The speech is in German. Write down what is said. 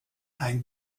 ein